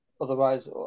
Otherwise